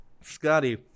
Scotty